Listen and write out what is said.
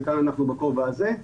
וכאן אנחנו בכובע הזה,